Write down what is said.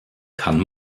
kann